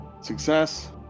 Success